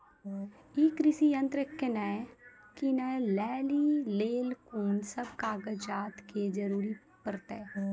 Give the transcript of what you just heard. ई कृषि यंत्र किनै लेली लेल कून सब कागजात के जरूरी परतै?